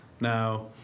Now